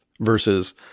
versus